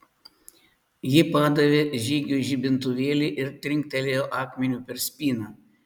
ji padavė žygiui žibintuvėlį ir trinktelėjo akmeniu per spyną